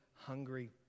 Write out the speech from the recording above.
hungry